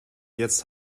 jetzt